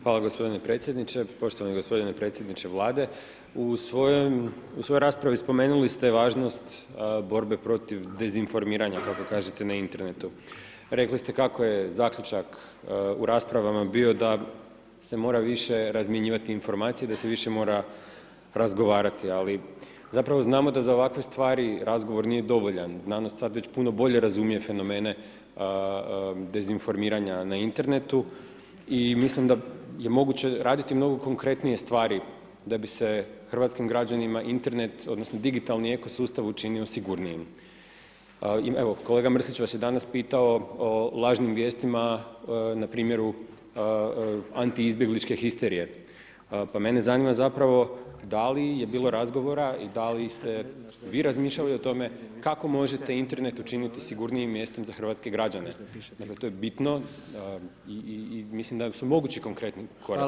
Hvala gospodine predsjedniče, poštovani gospodine predsjedniče Vlade, u svojoj raspravi spomenuli ste važnost borbe protiv dezinformiranja kako kažete na internetu, rekli ste kako je zaključak u raspravama bio da se mora više razmjenjivati informacije, da se više mora razgovarati, ali zapravo znamo da za ovakve stvari razgovor nije dovoljan, znanost sad već puno bolje razumije fenomene dezinformiranja na internetu, i mislim da je moguće raditi mnogo konkretnije stvari da bi se hrvatskim građanima Internet odnosno digitalni ekosustav učinio sigurnijim, evo kolega Mrsić vas je danas pitao o lažnim vijestima na primjeru antiizbjegličke histerije pa mene zanima zapravo da li je bilo razgovora i da li ste vi razmišljali o tome kako možete internet učiniti sigurnijim mjestom za hrvatske građane, dakle to je bitno i mislim da su mogući konkretni koraci.